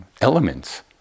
elements